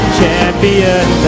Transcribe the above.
champion